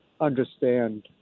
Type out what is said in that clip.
understand